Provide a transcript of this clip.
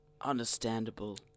understandable